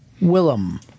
Willem